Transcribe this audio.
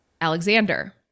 Alexander